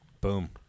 boom